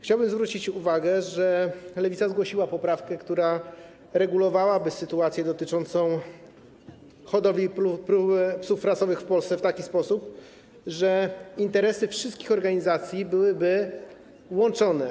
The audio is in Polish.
Chciałbym zwrócić uwagę, że Lewica zgłosiła poprawkę, która regulowałaby sytuację dotyczącą hodowli psów rasowych w Polsce w taki sposób, że interesy wszystkich organizacji byłyby łączone.